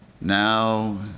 Now